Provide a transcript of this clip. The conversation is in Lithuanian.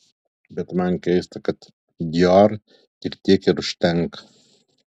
bet man keista kad dior tik tiek ir užtenka